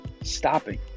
stopping